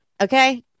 Okay